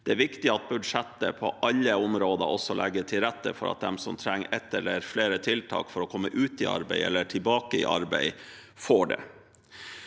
Det er viktig at budsjettet på alle områder også legger til rette for at de som trenger ett eller flere tiltak for å komme ut i arbeid eller tilbake i arbeid, får det.